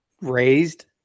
raised